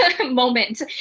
moment